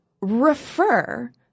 refer